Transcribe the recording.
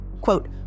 quote